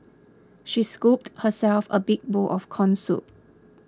she scooped herself a big bowl of Corn Soup